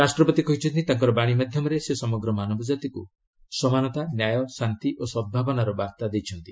ରାଷ୍ଟ୍ରପତି କହିଛନ୍ତି ତାଙ୍କର ବାଣୀ ମାଧ୍ୟମରେ ସେ ସମଗ୍ର ମାନବ ଜାତିକୁ ସମାନତା ନ୍ୟାୟ ଶାନ୍ତି ଓ ସଦ୍ଭାବନାର ବାର୍ତ୍ତା ଦେଇଛନ୍ତି